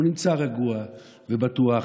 הוא נמצא רגוע ובטוח,